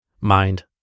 Mind